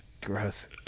gross